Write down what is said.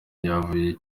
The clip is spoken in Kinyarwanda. ryavuye